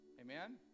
amen